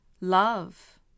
love